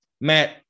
Matt